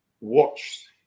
watched